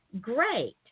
great